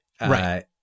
Right